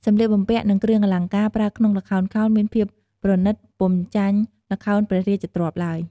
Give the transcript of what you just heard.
សម្លៀកបំពាក់និងគ្រឿងអលង្ការប្រើក្នុងល្ខោនខោលមានភាពប្រណិតពុំចាញ់ល្ខោនព្រះរាជទ្រព្យឡើយ។